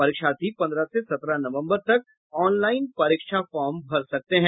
परीक्षार्थी पंद्रह से सत्रह नवम्बर तक ऑनलाइन परीक्षा फॉर्म भर सकते हैं